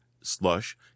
slush